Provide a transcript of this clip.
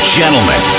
gentlemen